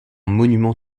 monument